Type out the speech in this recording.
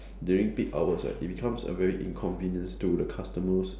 during peak hours right it becomes a very inconvenience to the customers